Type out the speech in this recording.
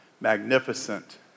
magnificent